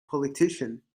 politician